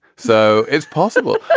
so it's possible.